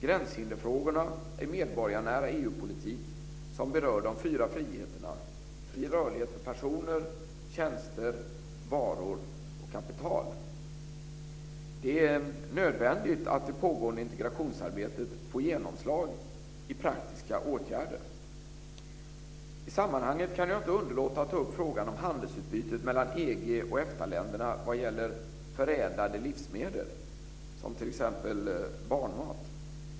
Gränshinderfrågorna är medborgarnära EU-politik som berör de fyra friheterna fri rörlighet för personer, tjänster, varor och kapital. Det är nödvändigt att det pågående integrationsarbetet får genomslag i praktiska åtgärder. I sammanhanget kan jag inte underlåta att ta upp frågan om handelsutbytet mellan EG och EFTA länderna vad gäller förädlade livsmedel, t.ex. barnmat.